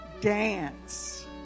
dance